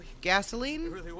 gasoline